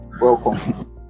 Welcome